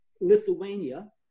Lithuania